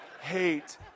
hate